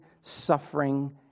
suffering